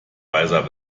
weißer